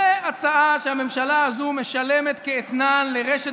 זו הצעה שממשלה הזו משלמת כאתנן לרשת